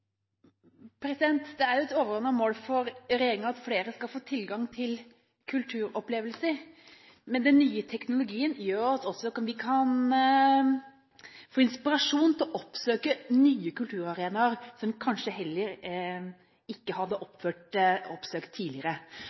disse spørsmålene. Det er et overordnet mål for regjeringen at flere skal få tilgang til kulturopplevelser, men den nye teknologien gjør at vi også kan få inspirasjon til å oppsøke nye kulturarenaer som vi kanskje ikke har oppsøkt tidligere.